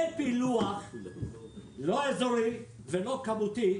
אין פילוח, לא אזורי ולא כמותי,